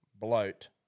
bloat